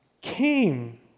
came